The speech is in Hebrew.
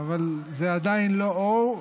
אבל זה עדיין לא "או"